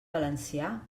valencià